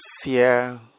fear